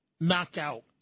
knockout